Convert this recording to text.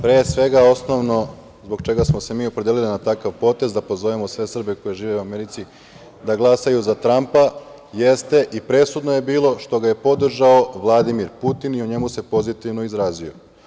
Pre svega, osnovno zbog čega smo se mi opredelili na takav potez je da pozovemo sve Srbe koji žive u Americi da glasaju za Trampa, jeste i presudno je bilo što ga je podržao Vladimir Putin i o njemu se pozitivno izrazio.